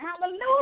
Hallelujah